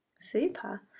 Super